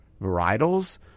varietals